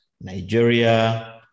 Nigeria